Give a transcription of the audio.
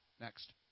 Next